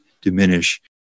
diminish